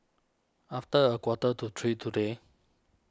after a quarter to three today